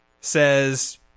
says